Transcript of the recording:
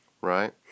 Right